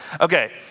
Okay